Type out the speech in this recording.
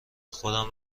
خودم